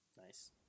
Nice